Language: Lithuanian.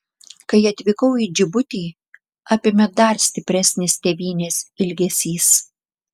kai atvykau į džibutį apėmė dar stipresnis tėvynės ilgesys